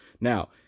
Now